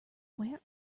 where